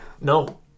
No